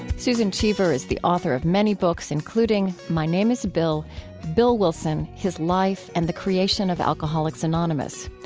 susan cheever is the author of many books, including my name is bill bill wilson his life and the creation of alcoholics anonymous.